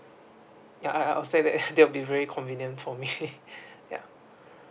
ya I I'll say that that will be very convenient for me ya